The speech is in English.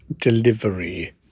delivery